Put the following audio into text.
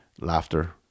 laughter